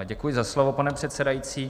Děkuji za slovo, pane předsedající.